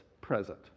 present